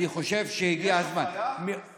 אני חושב שהגיע הזמן, יש הפרדה?